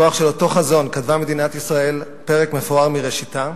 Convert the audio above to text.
בכוחו של אותו חזון כתבה מדינת ישראל פרק מפואר מראשיתה,